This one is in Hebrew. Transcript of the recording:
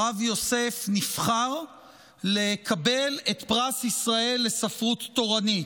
הרב יוסף נבחר לקבל את פרס ישראל לספרות תורנית.